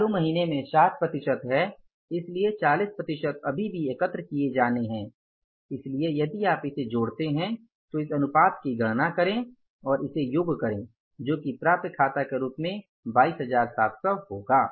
चालू महीने में 60 प्रतिशत है इसलिए 40 प्रतिशत अभी भी एकत्र किए जाने हैं इसलिए यदि आप इसे जोड़ते हैं तो इस अनुपात की गणना करें और इसे योग करें जो कि प्राप्य खाता के रूप में 22700 प्राप्त होगा